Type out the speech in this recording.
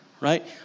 Right